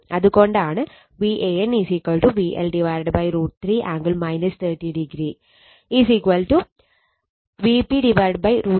അത് കൊണ്ടാണ് Van VL√ 3 angle 30o Vp√ 3 angle 30o